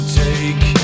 take